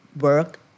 work